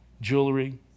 jewelry